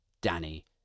Danny